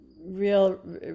real